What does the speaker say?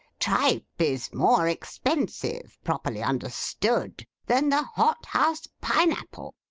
tripe is more expensive, properly understood, than the hothouse pine-apple.